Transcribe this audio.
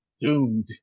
doomed